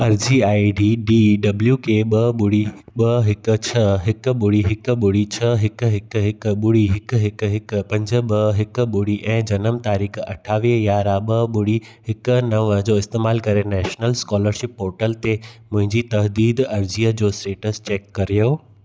अर्ज़ी I D W के ॿ ॿुड़ी ॿ हिकु छ्ह हिकु ॿुड़ी हिकु ॿुड़ी छ्ह हिकु हिकु ॿुड़ी हिकु हिकु हिकु पंज ॿ हिकु ॿुड़ी ऐं जनम तारीख़ अठावीह यारहं ॿ ॿुड़ी हिक नव जो इस्तेमालु करे नैशनल स्कॉलरशिप पोर्टल ते मुंहिंजी तहदीद अर्ज़ीअ जो स्टेटस चैक कर्यो